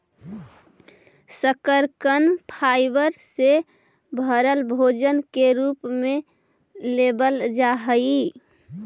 शकरकन फाइबर से भरल भोजन के रूप में लेबल जा हई